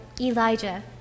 Elijah